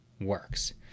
works